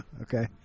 Okay